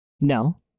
no